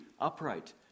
upright